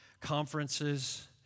conferences